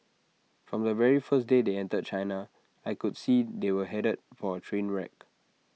from the very first day they entered China I could see they were headed for A train wreck